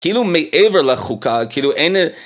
כאילו מעבר לחוקה, כאילו אין...